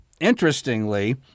Interestingly